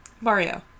Mario